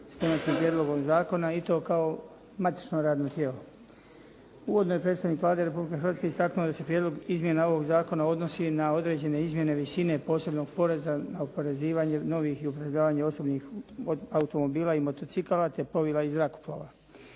s konačnim prijedlogom zakon i to kao matično radno tijelo. Uvodno je predstavnik Vlade Republike Hrvatske istaknuo da se prijedlog izmjena ovog zakona odnosi na određene izmjene visine posebnog poreza, oporezivanje novih i upotrebljavanih osobnih automobila i motocikala, te plovila i zrakoplova.